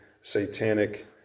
satanic